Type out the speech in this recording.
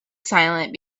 silent